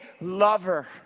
lover